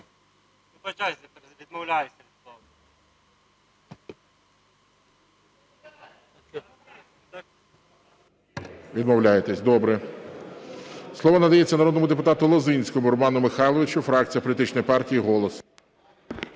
Відмовляєтесь, добре. Слово надається народному депутату Лозинському Роману Михайловичу, фракція політичної партії "Голос".